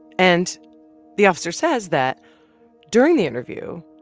and the officer says that during the interview,